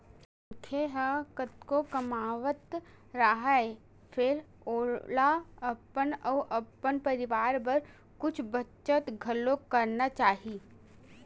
मनखे ह कतको कमावत राहय फेर ओला अपन अउ अपन परवार बर कुछ बचत घलोक करना चाही